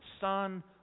son